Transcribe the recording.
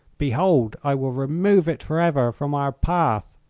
behold! i will remove it forever from our path.